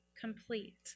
complete